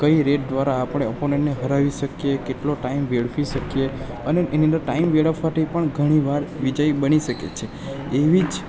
કઈ રેડ દ્વારા આપણે ઓપોનન્ટને હરાવી શકીએ કેટલો ટાઈમ વેડફી શકીએ અને એની અંદર ટાઈમ વેડફવાથી પણ ઘણી વાર વિજય બની શકે છે એવી જ